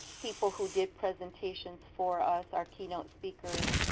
people who did presentations for us, our keynote speakers,